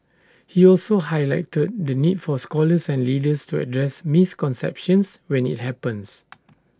he also highlighted the need for scholars and leaders to address misconceptions when IT happens